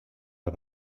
les